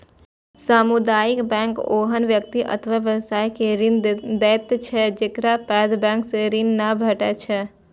सामुदायिक बैंक ओहन व्यक्ति अथवा व्यवसाय के ऋण दै छै, जेकरा पैघ बैंक सं ऋण नै भेटै छै